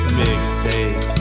mixtape